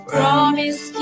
Promise